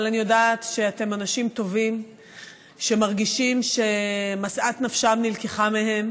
אבל אני יודעת שאתם אנשים טובים שמרגישים שמשאת נפשם נלקחה מהם,